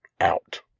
Out